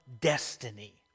destiny